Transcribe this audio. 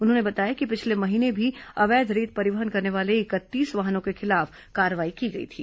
उन्होंने बताया कि पिछले महीने भी अवैध रेत परिवहन करने वाले इकतीस वाहनों के खिलाफ कार्रवाई की गई थी